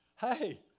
hey